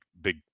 big